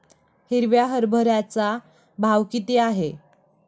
हिरव्या हरभऱ्याचा भाव किती आहे?